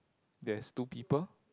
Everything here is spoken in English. there is two people